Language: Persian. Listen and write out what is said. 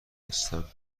هستم